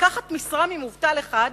לקחת משרה ממובטל אחד,